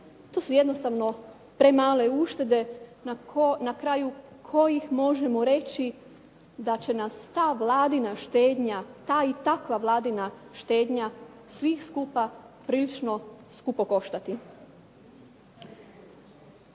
To su jednostavno premale uštede na kraju kojih možemo reći da će nas ta Vladina štednja, ta i takva Vladina štednja svih skupa prilično skupo koštati.